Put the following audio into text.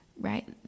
right